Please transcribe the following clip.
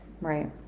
Right